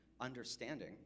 understanding